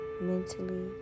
mentally